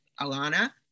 Alana